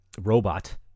robot